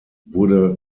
wurde